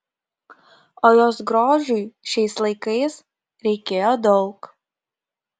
o jos grožiui šiais laikais reikėjo daug